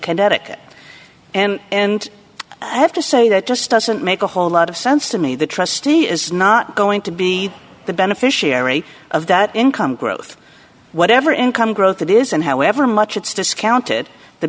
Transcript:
connecticut and and i have to say that just doesn't make a whole lot of sense to me the trustee is not going to be the beneficiary of that income growth whatever income growth it is and however much it's discounted the